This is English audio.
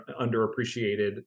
underappreciated